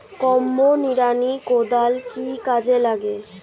Combo নিড়ানি কোদাল কি কাজে লাগে?